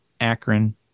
Akron